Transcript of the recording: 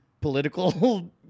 political